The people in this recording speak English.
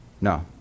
No